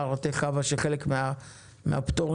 ההערות שלך יילקחו בחשבון.